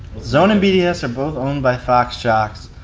zone and bds are both owned by fox shocks.